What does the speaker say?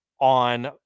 on